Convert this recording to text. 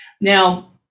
now